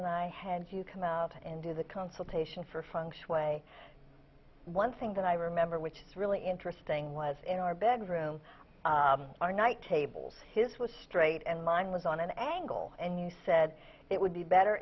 and i had you come out and do the consultation for functionally way one thing that i remember which is really interesting was in our bedroom our night tables his was straight and mine was on an angle and you said it would be better